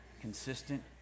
consistent